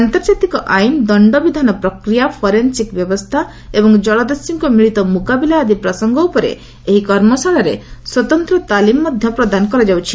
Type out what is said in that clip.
ଆନ୍ତର୍ଜାତିକ ଆଇନ ଦଣ୍ଡବିଧାନ ପ୍ରକ୍ରିୟା ଫରେନ୍ସିକ୍ ବ୍ୟବସ୍ଥା ଏବଂ ଜଳଦସ୍ୟୁଙ୍କ ମିଳିତ ମୁକାବିଲା ଆଦି ପ୍ରସଙ୍ଗ ଉପରେ ଏହି କର୍ମଶାଳାରେ ସ୍ୱତନ୍ତ୍ର ତାଲିମ ମଧ୍ୟ ପ୍ରଦାନ କରାଯାଉଛି